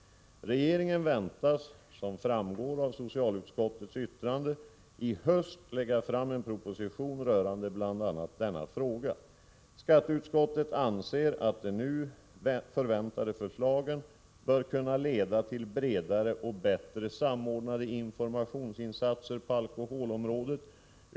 Regeringen väntas — som framgår av socialutskottets yttrande — i höst lägga fram en proposition rörande bl.a. denna fråga. Skatteutskottet anser att de nu förväntade förslagen bör kunna leda till bredare och bättre samordnade informationsinsatser på alkoholområdet.